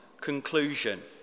conclusion